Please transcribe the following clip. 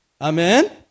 Amen